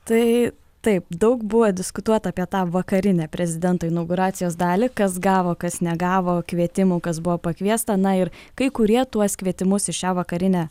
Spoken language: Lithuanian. tai taip daug buvo diskutuota apie tą vakarinę prezidento inauguracijos dalį kas gavo kas negavo kvietimų kas buvo pakviesta na ir kai kurie tuos kvietimus į šią vakarinę